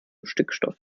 stickstoff